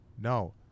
no